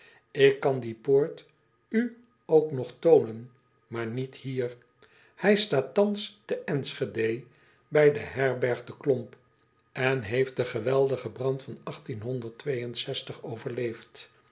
k kan die poort u ook nog toonen maar niet hier ij staat thans te nschede bij de herberg de l o m p en heeft den geweldigen brand van overleefd